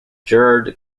gerard